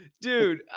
dude